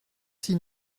six